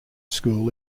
school